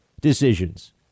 decisions